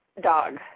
Dog